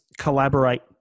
collaborate